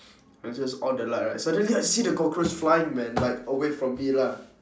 I just on the light right suddenly I see the cockroach flying man like away from me lah